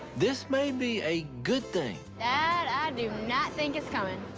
this may be a good thing. dad, i do not think it's coming.